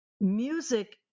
music